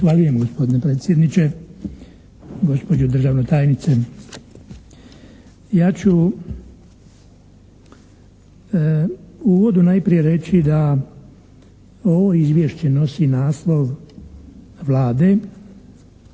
Zahvaljujem gospodine predsjedniče. Gospođo državna tajnice, ja ću u uvodu najprije reći da ovo izvješće nosi naslov Vlade